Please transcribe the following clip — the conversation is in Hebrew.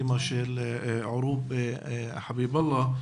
אימה של ערוב חביב אללה,